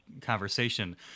conversation